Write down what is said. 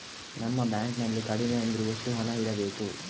ನಮ್ಮ ಬ್ಯಾಂಕ್ ನಲ್ಲಿ ಕಡಿಮೆ ಅಂದ್ರೆ ಎಷ್ಟು ಹಣ ಇಡಬೇಕು?